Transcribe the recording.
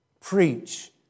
preach